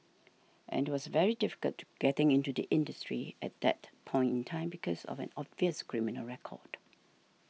and it was very difficult to getting into the industry at that point in time because of an obvious criminal record